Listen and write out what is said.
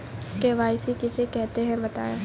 KYC किसे कहते हैं बताएँ?